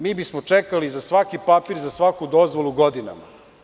Mi bismo čekali za svaki papir, za svaku dozvolu godinama.